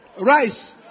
rice